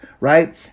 right